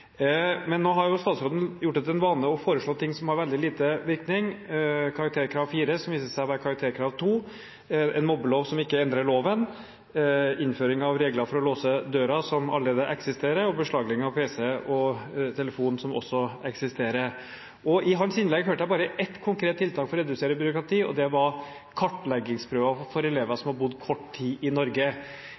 Men nå har jo statsråden gjort det til en vane å foreslå ting som har veldig lite virkning – karakterkrav 4 som viste seg å være karakterkrav 2, en mobbelov som ikke endrer loven, innføring av regler for å låse dører, regler som allerede eksisterer, og beslaglegging av pc og telefon, regler for det eksisterer også. I hans innlegg hørte jeg bare ett konkret tiltak for å redusere bruk av tid, og det gjaldt kartleggingsprøve for elever som har bodd kort tid i Norge.